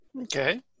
Okay